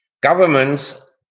Governments